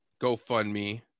GoFundMe